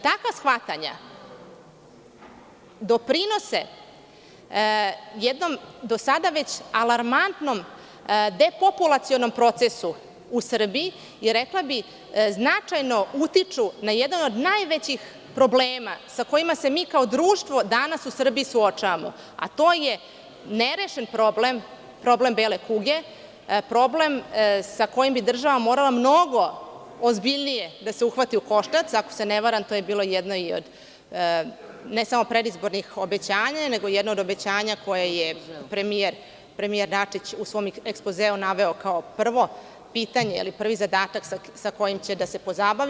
Takva shvatanja doprinose jednom do sada već alarmantnom depopulacionom procesu u Srbiji, rekla bih značajno utiču na jedan od najvećih problema sa kojima se mi kao društvo danas u Srbiji suočavamo, a to je nerešen problem bele kuge, problem sa kojim bih država morala mnogo ozbiljnije da se uhvati u koštac, ako se ne varam to je bilo i jedno od predizbornih obećanja, nego i jedno od obećanja koje je premijer Dačić u svom ekspozeu naveo kao prvo pitanje, prvi zadatak sa kojim će da se pozabavi.